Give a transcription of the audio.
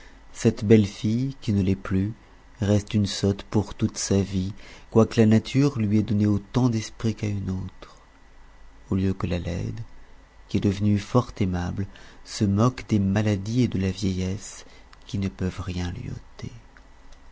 cette belle fille qui ne l'est plus reste une sotte pour toute sa vie quoique la nature lui ait donné autant d'esprit qu'à une autre au lieu que la laide qui est devenue fort aimable se moque des maladies et de la vieillesse qui ne peuvent rien lui ôter